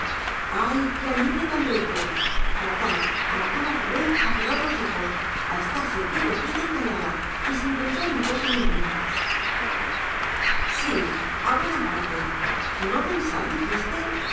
ay qué alivio tan rico a la cama a la cama otra vez a cerrar los ojos a estarse quietecita y callada y sin pensar en cosa ninguna sí a buena parte no pensar dijiste